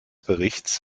berichts